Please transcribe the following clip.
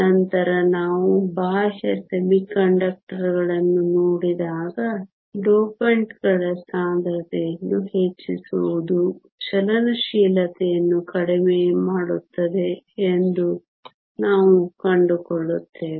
ನಂತರ ನಾವು ಬಾಹ್ಯ ಅರೆವಾಹಕಗಳನ್ನು ನೋಡಿದಾಗ ಡೋಪಂಟ್ಗಳ ಸಾಂದ್ರತೆಯನ್ನು ಹೆಚ್ಚಿಸುವುದು ಚಲನಶೀಲತೆಯನ್ನು ಕಡಿಮೆ ಮಾಡುತ್ತದೆ ಎಂದು ನಾವು ಕಂಡುಕೊಳ್ಳುತ್ತೇವೆ